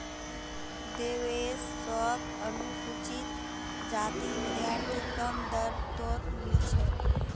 देवेश शोक अनुसूचित जाति विद्यार्थी कम दर तोत मील छे